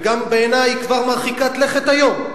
וגם בעיני היא כבר מרחיקת לכת היום,